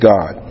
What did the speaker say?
God